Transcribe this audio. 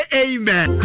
amen